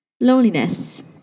Loneliness